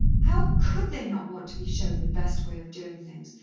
how could they not want to be shown the best way of doing things,